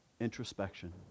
introspection